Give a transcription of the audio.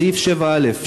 סעיף 7א,